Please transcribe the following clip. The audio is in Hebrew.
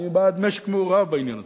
אני בעד משק מעורב בעניין הזה.